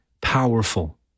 powerful